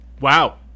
wow